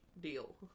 deal